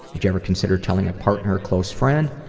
would you ever consider telling a partner or close friend?